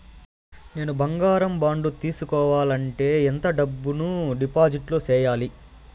నేను బంగారం బాండు తీసుకోవాలంటే ఎంత డబ్బును డిపాజిట్లు సేయాలి?